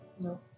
No